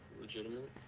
legitimate